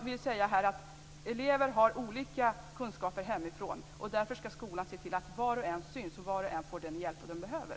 Men elever har olika kunskaper hemifrån, och därför ska skolan se till att var och en syns och att var och en får den hjälp de behöver.